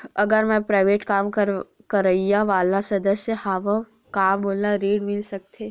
अगर मैं प्राइवेट काम करइया वाला सदस्य हावव का मोला ऋण मिल सकथे?